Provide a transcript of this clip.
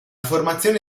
formazione